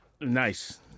Nice